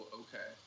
okay